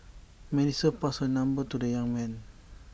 Melissa passed her number to the young man